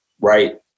right